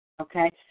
Okay